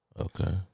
Okay